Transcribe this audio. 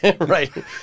Right